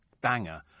banger